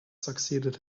succeeded